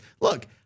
Look